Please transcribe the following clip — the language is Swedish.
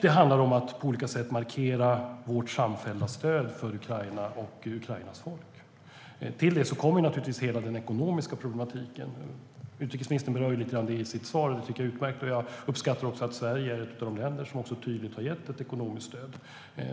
Det handlar också om att på olika sätt markera vårt samfällda stöd för Ukraina och Ukrainas folk. Till det kommer naturligtvis de ekonomiska problemen. Utrikesministern berörde det lite grann i sitt svar, och det tycker jag är utmärkt. Jag uppskattar också att Sverige är ett av de länder som tydligt har gett ett ekonomiskt stöd.